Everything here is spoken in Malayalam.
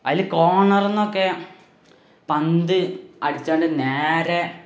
അതിൽ കോർണറിൽനിന്നൊക്കെ പന്ത് അടിച്ചുകൊണ്ട് നേരെ